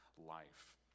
life